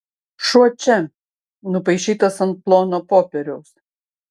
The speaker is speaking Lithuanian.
šuo čia nupaišytas ant plono popieriaus